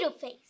face